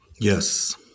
Yes